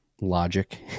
logic